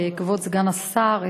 כבוד סגן השר,